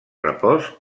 repòs